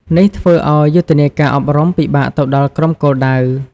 នេះធ្វើឱ្យយុទ្ធនាការអប់រំពិបាកទៅដល់ក្រុមគោលដៅ។